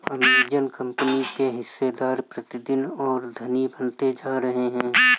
Amazon company के हिस्सेदार प्रतिदिन और धनी बनते जा रहे हैं